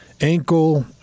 ankle